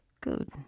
Good